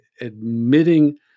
admitting